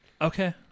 Okay